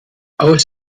aus